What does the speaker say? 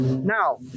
Now